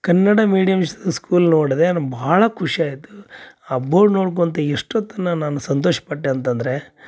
Kannada medium school ನೋಡಿದೆ ಅದು ಭಾಳ ಖುಷಿ ಆಯಿತು ಆ ಬೋರ್ಡ್ ನೋಡ್ಕೊತ ಎಷ್ಟು ಹೊತ್ತು ತನಕ ನಾವು ಸಂತೋಷಪಟ್ಟೆ ಅಂತಂದರೆ